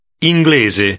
Inglese